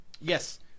Yes